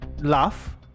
laugh